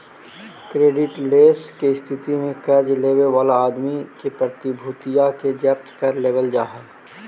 creditless के स्थिति में कर्ज लेवे वाला आदमी के प्रतिभूतिया के जब्त कर लेवल जा हई